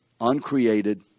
uncreated